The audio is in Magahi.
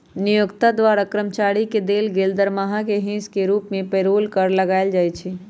नियोक्ता द्वारा कर्मचारी के देल गेल दरमाहा के हिस के रूप में पेरोल कर लगायल जाइ छइ